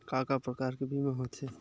का का प्रकार के बीमा होथे?